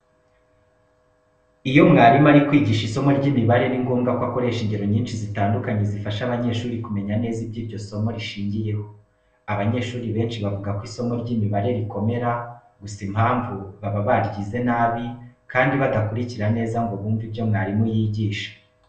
Iyo umwarimu ari kwigisha isomo ry'imibare ni ngombwa ko akoresha ingero nyinshi zitandukanye zifasha abanyeshuri kumenya neza ibyo iryo somo rishingiyeho. Abanyeshuri benshi bavuga ko isomo ry'imibare rikomera gusa impamvu, baba baryize nabi kandi badakurikira neza ngo bumve ibyo mwarimu yigisha.